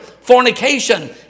fornication